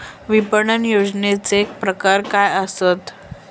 विपणन नियोजनाचे प्रकार काय आसत?